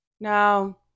Now